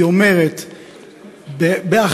היא אומרת, בהכללה,